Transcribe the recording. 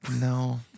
No